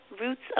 roots